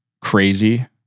crazy